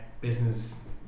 Business